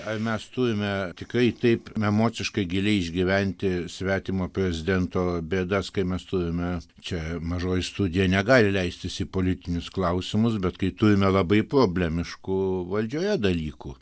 ar mes turime tikrai taip emociškai giliai išgyventi svetimo prezidento bėdas kai mes turime čia mažoji studija negali leistis į politinius klausimus bet kai turime labai problemiškų valdžioje dalykų